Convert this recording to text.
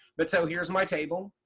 but so here's my table.